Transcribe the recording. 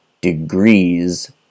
degrees